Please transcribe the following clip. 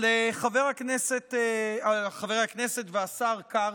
על חבר הכנסת והשר קרעי,